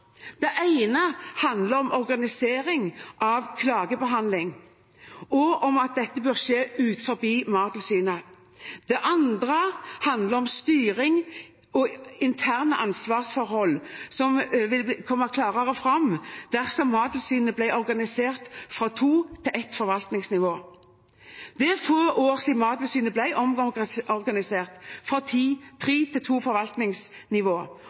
ene handler om organisering av klagebehandling og om denne bør skje utenfor Mattilsynet. Den andre handler om hvorvidt styring og interne ansvarsforhold ville komme klarere fram dersom Mattilsynet ble omorganisert fra to til ett forvaltningsnivå. Det er få år siden Mattilsynet ble omorganisert fra tre til to forvaltningsnivå,